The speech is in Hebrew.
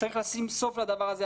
צריך לשים סוף לדבר הזה.